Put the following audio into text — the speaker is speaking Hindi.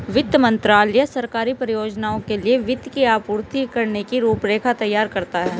वित्त मंत्रालय सरकारी परियोजनाओं के लिए वित्त की आपूर्ति करने की रूपरेखा तैयार करता है